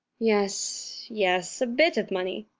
yes, yes, a bit of money.